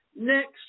Next